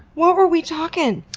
what were we talkin'?